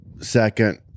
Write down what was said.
second